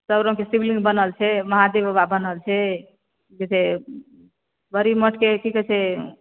सब रंगके शिवलिंग बनल छै महादेव बाबा बनल छै की कहै छै बड़ी मोट के की कहै छै